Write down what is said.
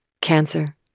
cancer